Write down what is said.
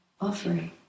offering